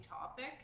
topic